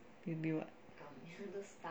maybe what